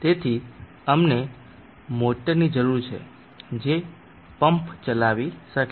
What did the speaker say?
તેથી અમને મોટરની જરૂર છે જે પમ્પ ચલાવી શકે